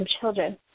children